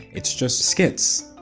it's just skits.